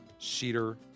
Cedar